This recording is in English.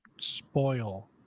spoil